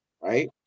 right